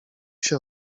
się